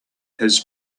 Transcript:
his